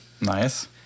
Nice